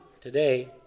today